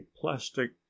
plastic